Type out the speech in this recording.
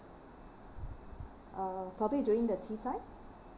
uh probably during the tea time